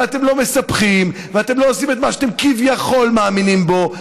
אבל אתם לא מספחים ואתם לא עושים את מה שאתם כביכול מאמינים בו,